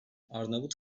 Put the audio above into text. arnavut